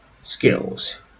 Skills